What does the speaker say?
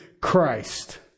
Christ